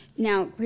Now